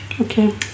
Okay